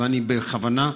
ואני בכוונה,